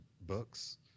books